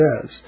says